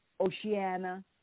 Oceania